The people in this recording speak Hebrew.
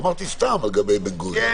אמרתי סתם לגבי בן גוריון.